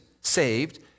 saved